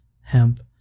hemp